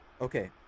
Okay